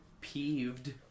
peeved